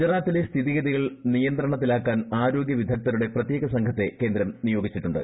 ഗുജറാത്തിലെ സ്ഥിതിഗതികൾ നിയന്ത്രണത്തിലാ ക്കാൻ ആരോഗ്യ വിദഗ്ദ്ധരുടെ പ്രത്യേക സംഘത്തെ കേന്ദ്രം നിയോഗിച്ചിട്ടുണ്ട്